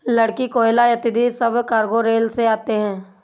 लकड़ी, कोयला इत्यादि सब कार्गो रेल से आते हैं